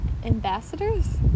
Ambassadors